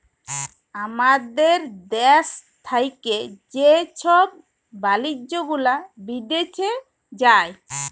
আমাদের দ্যাশ থ্যাকে যে ছব জিলিস গুলা বিদ্যাশে যায়